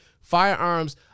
firearms